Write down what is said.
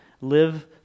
Live